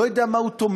לא יודע במה הוא תומך,